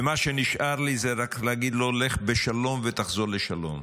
ומה שנשאר לי זה רק להגיד לו: לך בשלום ותחזור לשלום.